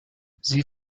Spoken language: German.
sie